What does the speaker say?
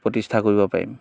প্ৰতিষ্ঠা কৰিব পাৰিম